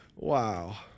Wow